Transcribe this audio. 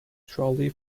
trolley